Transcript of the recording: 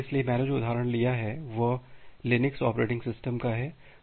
इसलिए मैंने जो उदाहरण लिया है वह लिनक्स ऑपरेटिंग सिस्टम का है